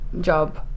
job